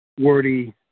wordy